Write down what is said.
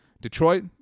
Detroit